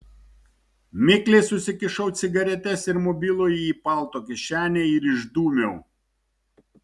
mikliai susikišau cigaretes ir mobilųjį į palto kišenę ir išdūmiau